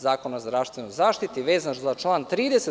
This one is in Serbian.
Zakona o zdravstvenoj zaštiti, vezan za član 30.